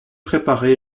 préparé